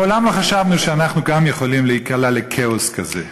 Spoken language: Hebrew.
מעולם לא חשבנו שאנחנו גם יכולים להיקלע לכאוס כזה.